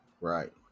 right